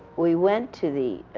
we went to the